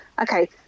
okay